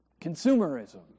Consumerism